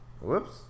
Whoops